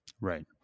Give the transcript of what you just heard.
Right